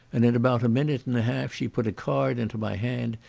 and in about a minute and a half she put a card into my hand,